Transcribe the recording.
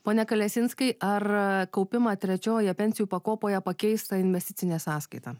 pone kalesinskai ar kaupimą trečiojoje pensijų pakopoje pakeis ta investicinė sąskaita